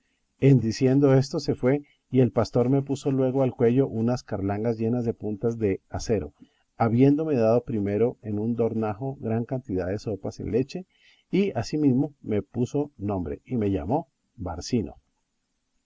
en diciendo esto se fue y el pastor me puso luego al cuello unas carlancas llenas de puntas de acero habiéndome dado primero en un dornajo gran cantidad de sopas en leche y asimismo me puso nombre y me llamó barcino